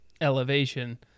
elevation